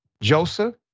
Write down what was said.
Joseph